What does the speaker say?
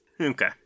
Okay